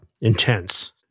intense